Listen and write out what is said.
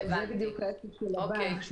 זה בדיוק ה- - -של הבנק.